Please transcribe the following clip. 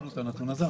לא שמנו את הנתון הזה,